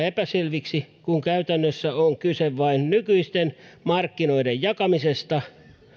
epäselviksi kun käytännössä on kyse vain nykyisten markkinoiden jakamisesta